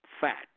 fat